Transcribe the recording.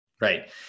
Right